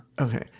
Okay